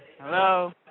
hello